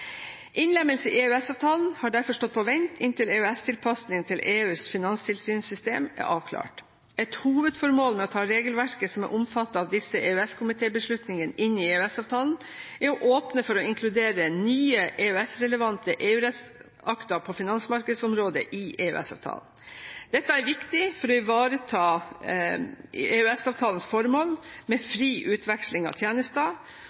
Innlemmelse i EØS-avtalen har derfor stått på vent inntil EØS-tilpasning til EUs finanstilsynssystem er avklart. Et hovedformål med å ta regelverket som er omfattet av disse EØS-komitébeslutningene, inn i EØS-avtalen, er å åpne for å inkludere nye EØS-relevante EU-rettsakter på finansmarkedsområdet i EØS-avtalen. Dette er viktig for å ivareta EØS-avtalens formål med fri utveksling av tjenester